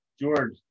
George